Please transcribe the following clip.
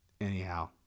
Anyhow